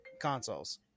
consoles